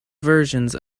versions